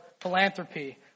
philanthropy